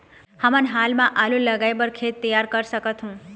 हमन हाल मा आलू लगाइ बर खेत तियार कर सकथों?